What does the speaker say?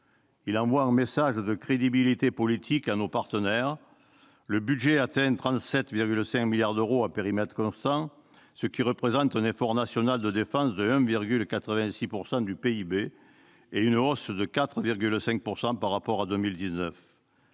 Il envoie un message de crédibilité politique à nos partenaires. Il atteint 37,5 milliards d'euros à périmètre constant, ce qui représente un effort national de défense de 1,86 % du PIB et une hausse de 4,5 % par rapport à 2019.